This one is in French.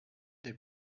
des